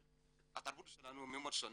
התרבות שלנו ממש שונה.